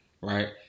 right